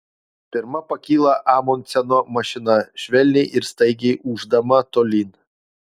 pirma pakyla amundseno mašina švelniai ir staigiai ūždama tolyn